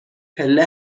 پله